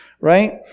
Right